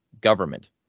government